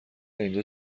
اینجا